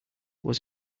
was